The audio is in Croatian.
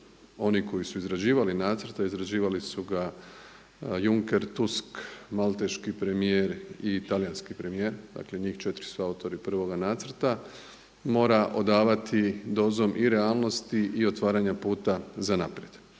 oni koji su izrađivali nacrte izrađivali su ga Juncker, Tusk, Malteški premijer i talijanski premijer. Dakle, njih četiri su autori prvoga nacrta. Mora odavati dozom i realnosti i otvaranja puta za naprijed.